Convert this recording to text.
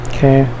Okay